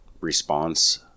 Response